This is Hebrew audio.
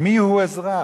מיהו אזרח.